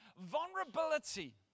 vulnerability